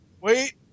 wait